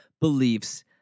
beliefs